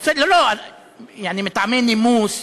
אני מקוזז,